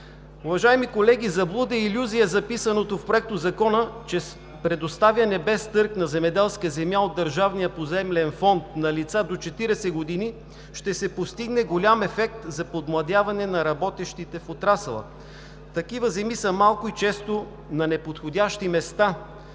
Уважаеми колеги, заблуда и илюзия е записаното в Проектозакона, че с предоставяне без търг на земеделска земя от Държавния поземлен фонд на лица до 40 години ще се постигне голям ефект за подмладяване на работещите в отрасъла. Такива земи са малко и често на неподходящи места.